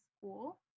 school